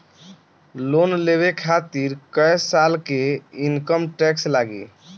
Loan लेवे खातिर कै साल के इनकम टैक्स लागी?